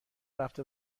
رفته